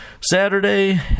Saturday